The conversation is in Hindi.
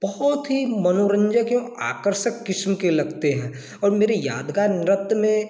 बहुत ही मनोरंजक और आकर्षक किस्म के लगते हैं और मेरी यादगार नृत्य में